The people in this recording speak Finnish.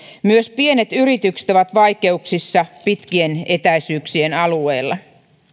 myös pienet yritykset ovat vaikeuksissa pitkien etäisyyksien alueilla